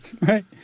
right